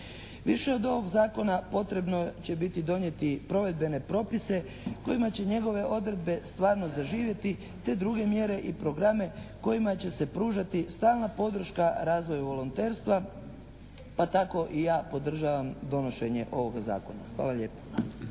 Više od ovog zakona potrebno će biti donijeti provedene propise kojima će njegove odredbe stvarno zaživjeti, te druge mjere i programe kojima će se pružati stalna podrška razvoju volonterstva pa tako i ja podržavam donošenje ovoga zakona. Hvala lijepo.